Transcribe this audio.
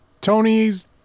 Tony's